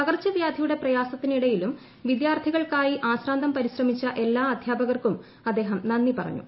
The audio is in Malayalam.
പകർച്ചവ്യാധിയുടെ പ്രയാസത്തിനിടയിലും വിദ്യാർഥികൾക്കായി അശ്രാന്തം പരിശ്രമിച്ച എല്ലാ അധ്യാപകർക്കും അദ്ദേഹം നന്ദി പറഞ്ഞു